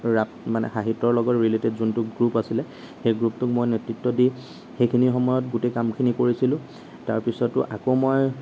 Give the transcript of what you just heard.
মানে সাহিত্যৰ লগত ৰীলেটেড যোনটো গ্ৰুপ আছিলে সেই গ্ৰুপটোক মই নেতৃত্ব দি সেইখিনি সময়ত গোটেই কামখিনি কৰিছিলোঁ তাৰপিছতো আকৌ মই